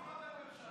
ראש ממשלה.